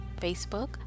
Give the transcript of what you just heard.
Facebook